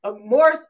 More